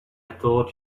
thought